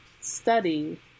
study